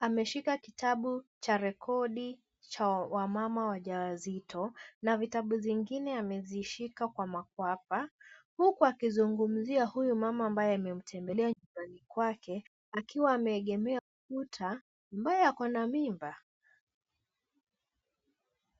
ameshika kitabu cha rekodi cha wamama wajawazito na vitabu zingine amezishika kwa makwapa, huku akizungumzia huyu mama ambaye amemtembelea nyumbani kwake, akiwa ameegemea ukuta, ambaye akona mimba.